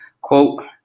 Quote